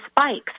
spikes